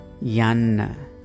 Yanna